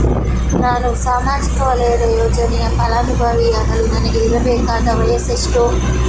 ನಾನು ಸಾಮಾಜಿಕ ವಲಯದ ಯೋಜನೆಯ ಫಲಾನುಭವಿಯಾಗಲು ನನಗೆ ಇರಬೇಕಾದ ವಯಸ್ಸುಎಷ್ಟು?